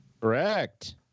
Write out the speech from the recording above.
Correct